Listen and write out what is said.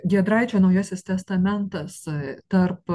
giedraičio naujasis testamentas tarp